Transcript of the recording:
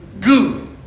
good